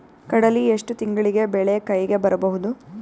ಕಡಲಿ ಎಷ್ಟು ತಿಂಗಳಿಗೆ ಬೆಳೆ ಕೈಗೆ ಬರಬಹುದು?